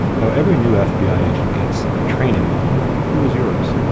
now, every new fbi agent gets a training agent, who is yours?